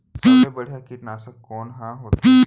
सबले बढ़िया कीटनाशक कोन ह होथे?